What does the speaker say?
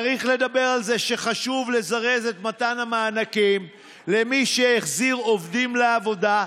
צריך לדבר על זה שחשוב לזרז את מתן המענקים למי שהחזיר עובדים לעבודה,